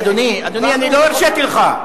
אדוני, אדוני, אני לא הרשיתי לך.